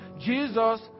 Jesus